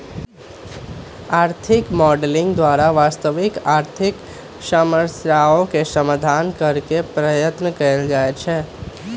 आर्थिक मॉडलिंग द्वारा वास्तविक आर्थिक समस्याके समाधान करेके पर्यतन कएल जाए छै